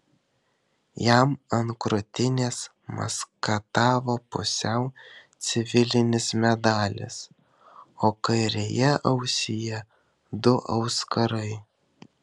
jam ant krūtinės maskatavo pusiau civilinis medalis o kairėje ausyje du auskarai